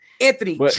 Anthony